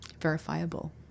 verifiable